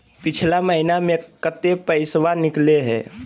पिछला महिना मे कते पैसबा निकले हैं?